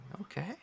okay